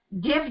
give